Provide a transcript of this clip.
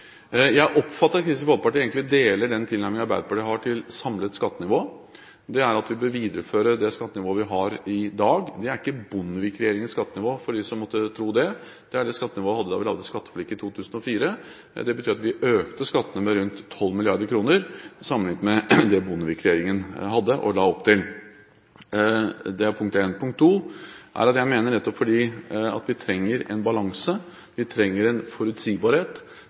Jeg oppfatter at Kristelig Folkeparti egentlig deler den tilnærmingen Arbeiderpartiet har til samlet skattenivå – det at vi bør videreføre det skattenivået vi har i dag. Det er ikke Bondevik-regjeringens skattenivå, for de som måtte tro det, det er det skattenivået vi hadde da vi laget skatteforliket i 2004. Det betyr at vi økte skattene med rundt 12 mrd. kr sammenlignet med det Bondevik-regjeringen hadde og la opp til – det er punkt én. Punkt to: Nettopp fordi vi trenger en balanse, og trenger forutsigbarhet, mener jeg det gir norsk økonomi – norske bedrifter – en forutsigbarhet